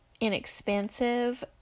inexpensive